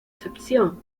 excepción